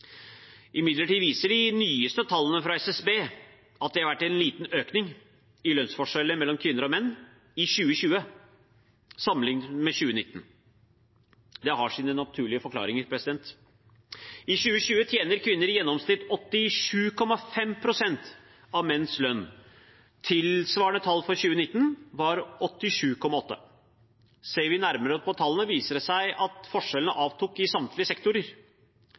Imidlertid viser de nyeste tallene fra SSB at det har vært en liten økning i lønnsforskjellene mellom kvinner og menn i 2020 sammenlignet med 2019. Det har sine naturlige forklaringer. I 2020 tjente kvinner i gjennomsnitt 87,5 pst. av menns lønn. Tilsvarende tall for 2019 var 87,8 pst. Ser vi nærmere på tallene, viser det seg at forskjellene avtok i samtlige sektorer.